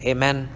Amen